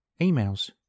Emails